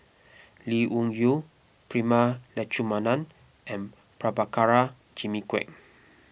Lee Wung Yew Prema Letchumanan and Prabhakara Jimmy Quek